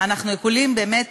אנחנו יכולים באמת